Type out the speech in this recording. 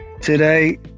today